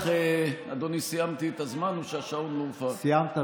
אדוני, סיימתי את הזמן או שהשעון כבר, סיימת.